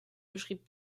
beschrieb